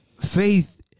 faith